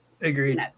Agreed